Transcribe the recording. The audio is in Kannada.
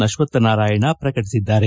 ಅಶ್ವಕ್ಥನಾರಾಯಣ ಪ್ರಕಟಿಸಿದ್ದಾರೆ